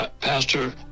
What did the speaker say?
Pastor